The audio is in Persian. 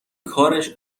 کارش